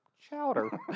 chowder